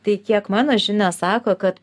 tai kiek mano žinios sako kad